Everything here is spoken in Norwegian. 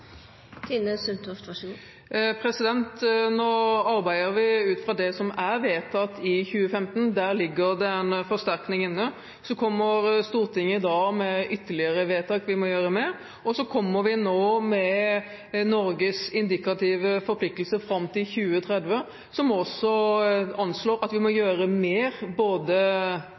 Nå arbeider vi ut fra det som er vedtatt for 2015. Der ligger det en forsterkning inne. Så kommer Stortinget i dag med ytterligere vedtak vi må gjøre noe med, og så kommer vi med Norges indikative forpliktelser fram til 2030, som også anslår at vi må